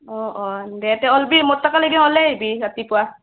অ' অ' দে তে ওলাবি মোৰ তাকে লেগি ওলাই আহিবি ৰাতিপুৱা